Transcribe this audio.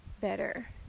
better